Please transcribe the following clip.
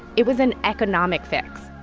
it was an economic fix,